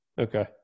Okay